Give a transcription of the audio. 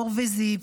מור וזיו,